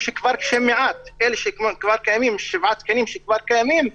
מעט התקנים שכבר קיימים, שבעה תקנים שכבר קיימים,